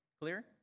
Clear